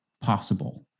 possible